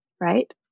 Right